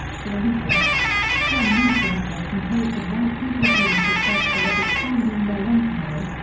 to elitists, strong nations were composed of white people who were successful at expanding their empires,